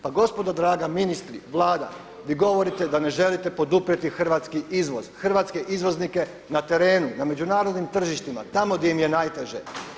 Pa gospodo draga, ministri, Vlada, vi govorite da ne želite poduprijeti hrvatski izvoz, hrvatske izvoznike na terenu, na međunarodnim tržištima, tamo gdje je im je najteže.